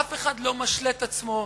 אף אחד לא משלה את עצמו,